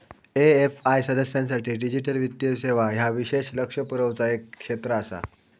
AFI सदस्यांसाठी digital वित्तीय सेवा ह्या विशेष लक्ष पुरवचा एक क्षेत्र आसा